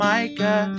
Micah